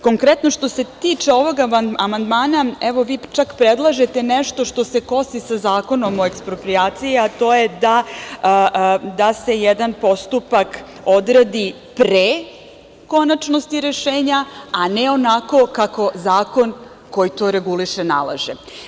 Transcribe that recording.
Konkretno, što se tiče ovog amandmana, vi čak predlažete nešto što se kosi sa Zakonom o eksproprijaciji, a to je da se jedan postupak odradi pre konačnosti rešenja, a ne onako kako zakon koji to reguliše nalaže.